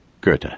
Goethe